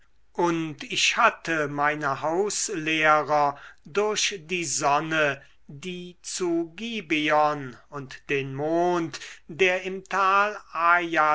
und ich hatte meine hauslehrer durch die sonne es die zu gibeon und den mond der im tal